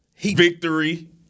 Victory